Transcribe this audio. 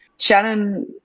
Shannon